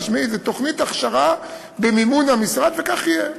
תשמעי, זו תוכנית הכשרה במימון המשרד, וכך יהיה.